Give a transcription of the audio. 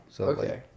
Okay